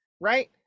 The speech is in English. right